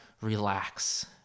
relax